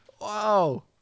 wow